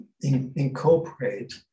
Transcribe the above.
incorporate